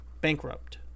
bankrupt